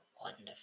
wonderful